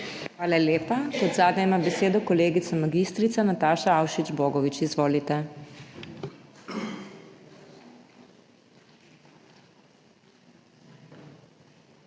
Hvala lepa. Kot zadnja ima besedo kolegica mag. Nataša Avšič Bogovič. Izvolite.